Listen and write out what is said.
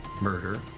murder